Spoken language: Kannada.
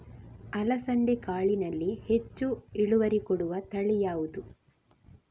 ಅಲಸಂದೆ ಕಾಳಿನಲ್ಲಿ ಹೆಚ್ಚು ಇಳುವರಿ ಕೊಡುವ ತಳಿ ಯಾವುದು?